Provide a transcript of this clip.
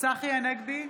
צחי הנגבי,